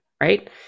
right